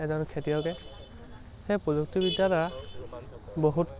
এজন খেতিয়কে সেই প্ৰযুক্তিবিদ্যাৰ দ্বাৰা বহুত